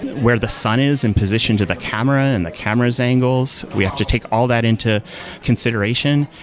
where the sun is in position to the camera and the camera's angles we have to take all that into consideration.